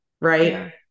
right